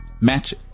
Match